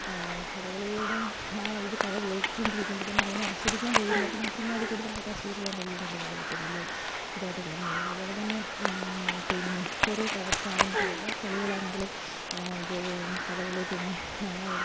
കഥകളിയുടെ ആ ഇത് കഥ കേട്ടു കൊണ്ടിരിക്കുമ്പോൾ തന്നെ അതിനെ ആസ്വദിക്കാൻ കഴിയുന്നവർക്ക് മാത്രമേ അത് കൂടുതലായിട്ട് ആസ്വദിക്കാൻ കഴിയും എന്നുള്ളതാണ് ഏറ്റവും വലിയ ഇതായിട്ട് കാണുന്നത് അതുപോലെ തന്നെ പിന്നെ ഓരോ പാരമ്പര്യ കളികളാണെങ്കിലും ഇത് കഥകളി പിന്നെ